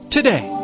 Today